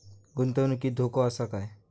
गुंतवणुकीत धोको आसा काय?